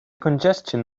congestion